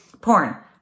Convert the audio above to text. porn